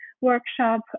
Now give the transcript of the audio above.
workshop